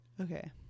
Okay